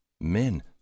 Men